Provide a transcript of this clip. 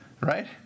right